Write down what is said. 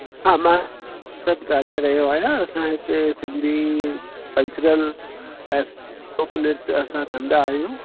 हा मां अनंत ॻाल्हाए रहियो आहियां हिते सिंधी कल्चर्ल ऐं फोक नृत्य असां कंदा आहियूं